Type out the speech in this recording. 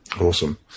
awesome